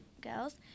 girls